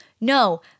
No